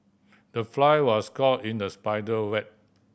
the fly was caught in the spider web